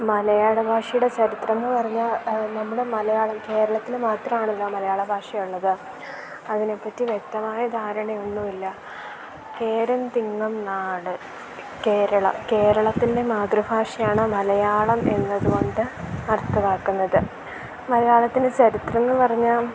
മലയാള ഭാഷയുടെ ചരിത്രം എന്ന് പറഞ്ഞാൽ നമ്മുടെ മലയാളം കേരളത്തിൽ മാത്രാണല്ലോ മലയാള ഭാഷയുള്ളത് അതിനെപ്പറ്റി വ്യക്തമായ ധാരണയൊന്നും ഇല്ല കേരം തിങ്ങും നാട് കേരളം കേരളത്തിൻ്റെ മാതൃഭാഷയാണ് മലയാളം എന്നത് കൊണ്ട് അർത്ഥമാക്കുന്നത് മലയാളത്തിൻ്റെ ചരിത്രം എന്ന് പറഞ്ഞാൽ